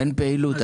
אין פעילות,